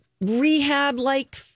rehab-like